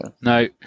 No